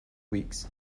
weeks